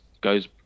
goes